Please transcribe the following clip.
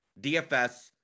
DFS